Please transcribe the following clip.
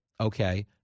Okay